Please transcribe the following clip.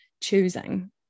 choosing